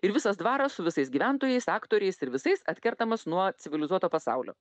ir visas dvaras su visais gyventojais aktoriais ir visais atkertamas nuo civilizuoto pasaulio